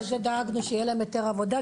דאגנו שיהיה להם היתר עבודה,